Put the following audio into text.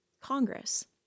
Congress